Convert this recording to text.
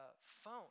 phone